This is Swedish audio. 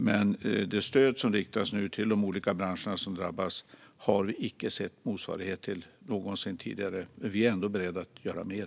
Men det stöd som nu riktas till de olika branscher som drabbas har vi icke sett motsvarighet till någonsin tidigare. Men vi är ändå beredda att göra mer.